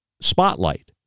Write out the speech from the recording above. Spotlight